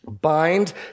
Bind